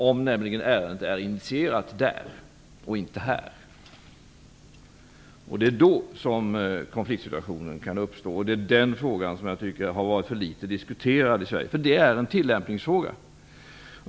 Det är nämligen om ärendet är initierat där och inte här som konfliktsituationer kan uppstå, och det är den frågan som jag tycker har varit för litet diskuterad i Sverige, för det är en tillämpningsfråga.